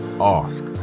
ask